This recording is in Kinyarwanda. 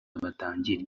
batangire